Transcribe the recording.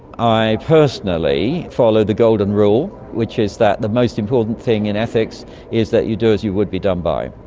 i personally follow the golden rule which is that the most important thing in ethics is that you do as you would be done by.